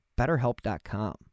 BetterHelp.com